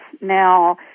Now